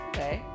Okay